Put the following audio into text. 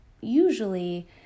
usually